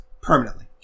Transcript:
permanently